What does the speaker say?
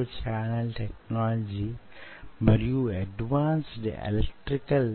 అదే సమయంలో దానికి సమాంతరంగా యీ ఉపరితలాలను కణాల ఎదుగుదలకు